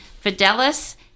Fidelis